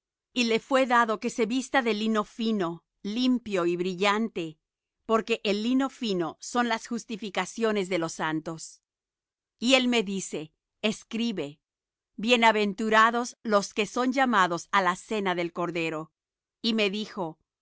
y le fué dado que se vista de lino fino limpio y brillante porque el lino fino son las justificaciones de los santos y él me dice escribe bienaventurados los que son llamados á la cena del cordero y me dijo